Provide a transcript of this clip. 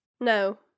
No